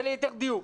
זה ליתר דיוק.